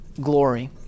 glory